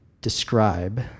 describe